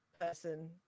person